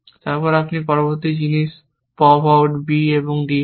তারপর আপনি পরবর্তী জিনিস পপ আউট b d হবে